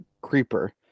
Creeper